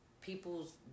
people's